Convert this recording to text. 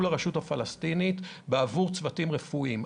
לרשות הפלסטינית בעבור צוותים רפואיים?